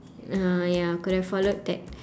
uh ya could have followed that